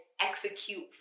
execute